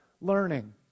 learning